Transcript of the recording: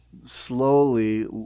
slowly